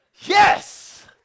yes